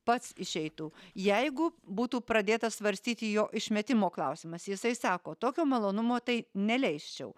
pats išeitų jeigu būtų pradėtas svarstyti jo išmetimo klausimas jisai sako tokio malonumo tai neleisčiau